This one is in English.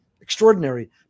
extraordinary